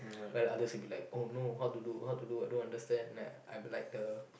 like the others will be like oh no how to do how to do I don't understand and I be like the